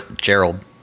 Gerald